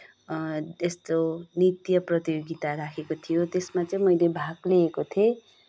त्यस्तो नृत्य प्रतियोगिता राखेको थियो त्यसमा चाहिँ मैले भाग लिएकी थिएँ